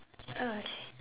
okay